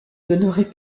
donnerai